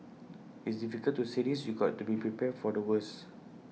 it's difficult to say this you've got to be prepared for the worst